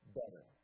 better